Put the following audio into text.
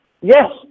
Yes